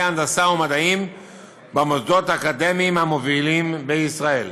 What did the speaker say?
הנדסה ומדעים במוסדות האקדמיים המובילים בישראל.